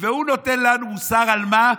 והוא נותן לנו מוסר על מה?